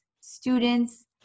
students